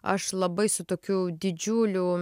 aš labai su tokiu didžiuliu